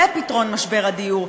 זה פתרון משבר הדיור,